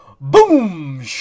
Boom